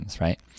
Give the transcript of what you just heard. right